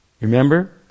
Remember